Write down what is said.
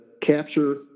capture